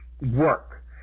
work